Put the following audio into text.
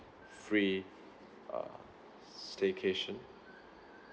free uh staycation